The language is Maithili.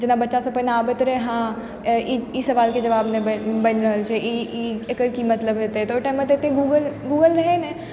जेना बच्चा सब पहिने आबैत रहय हँ ई ई सवालके जवाब नहि बनि रहल छै ई ई एकर की मतलब हेतय तऽ ओइ टाइममे तऽ ओते गूगल गूगल रहय ने